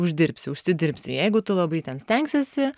uždirbsi užsidirbsi jeigu tu labai ten stengsiesi